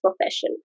profession